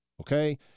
Okay